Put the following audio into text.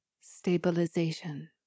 stabilization